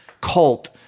cult